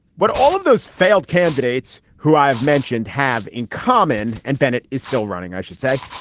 but all of those failed candidates who i have mentioned have in common and bennett is still running, i should say,